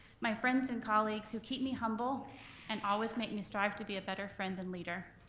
my friends and colleagues who keep me humble and always make me strive to be a better friend and leader.